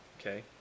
Okay